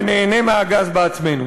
וניהנה מהגז בעצמנו.